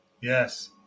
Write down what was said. Yes